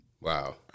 Wow